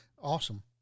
awesome